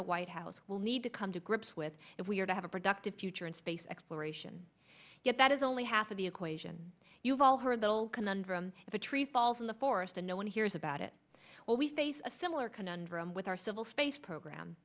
the white house will need to come to grips with if we are to have a productive future in space exploration yet that is only half of the equation you've all heard the old conundrum if a tree falls in the forest and no one hears about it well we face a similar conundrum with our civil space program